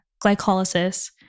glycolysis